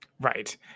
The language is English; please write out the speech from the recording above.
Right